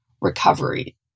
recovery